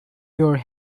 your